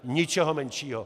Ničeho menšího.